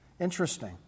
Interesting